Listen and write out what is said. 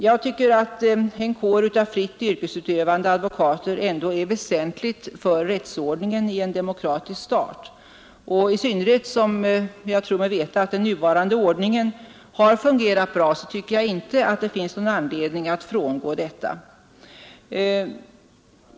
Jag tycker att en kår av fritt yrkesutövande advokater ändå är något väsentligt för rättsordningen i en demokratisk stat. I synnerhet som jag tror mig veta att den nuvarande ordningen har fungerat bra, tycker jag inte att det finns anledning att frångå denna.